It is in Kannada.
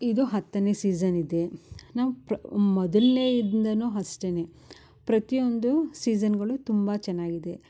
ಇದು ಹತ್ತನೇ ಸೀಝನ್ ಇದೆ ನಾವು ಪ್ರ ಮೊದಲನೇ ಇಂದನು ಅಷ್ಟೇನೆ ಪ್ರತಿಯೊಂದು ಸೀಝನ್ಗಳು ತುಂಬ ಚೆನ್ನಾಗಿದೆ